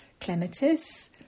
clematis